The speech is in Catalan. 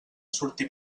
sortir